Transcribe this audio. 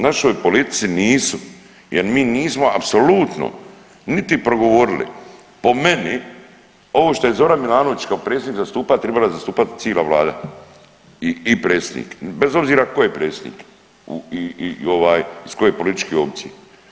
Našoj politici nisu jer mi nismo apsolutno niti progovorili po meni ovo što je Zoran Milanović kao predsjednik zastupa tribala je zastupat cila vlada i predsjednik bez obzira tko je predsjednik i ovaj iz koje političke opcije.